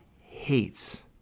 hates